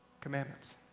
commandments